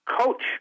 coach